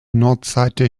nordseite